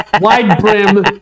wide-brim